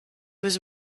was